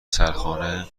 سرخانه